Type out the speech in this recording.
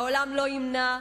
העולם לא ימנע,